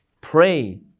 pray